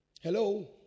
Hello